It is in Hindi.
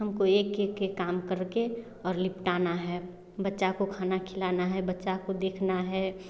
हमको एक एक एक काम करके और लिपटाना है बच्चे को खाना खिलाना है बच्चे को देखना है